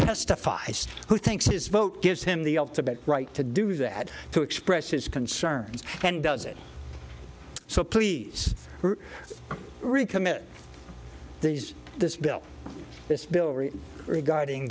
testify who thinks his vote gives him the ultimate right to do that to express his concerns and does it so please recommit these this bill this bill regarding